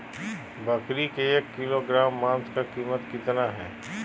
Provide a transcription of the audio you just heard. बकरी के एक किलोग्राम मांस का कीमत कितना है?